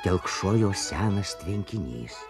telkšojo senas tvenkinys